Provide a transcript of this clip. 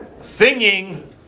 singing